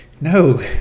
no